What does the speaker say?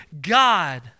God